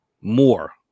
more